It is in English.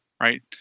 right